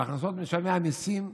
והכנסות משלמי המיסים,